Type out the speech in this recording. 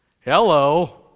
Hello